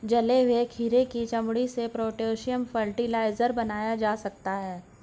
जले हुए खीरे की चमड़ी से पोटेशियम फ़र्टिलाइज़र बनाया जा सकता है